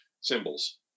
symbols